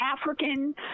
African